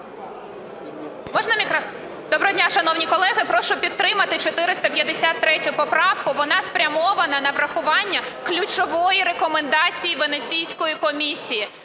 Доброго дня, шановні колеги! Прошу підтримати 453 поправку. Вона спрямована на врахування ключової рекомендації Венеційської комісії.